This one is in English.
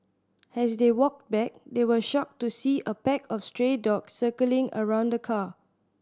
as they walked back they were shocked to see a pack of stray dog circling around the car